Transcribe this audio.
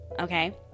Okay